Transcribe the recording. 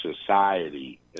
society